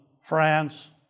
France